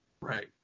right